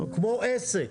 כמו עסק.